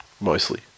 Mostly